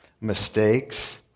mistakes